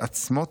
מתעצמות